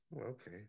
okay